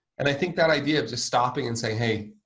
and i think that idea of just stopping and say, hey,